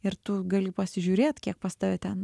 ir tu gali pasižiūrėt kiek pas tave ten